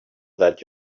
that